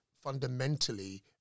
fundamentally